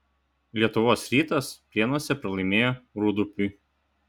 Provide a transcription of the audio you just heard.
lietuvos rytas prienuose pralaimėjo rūdupiui